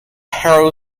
harrow